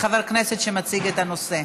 לחבר הכנסת שמציג את הנושא.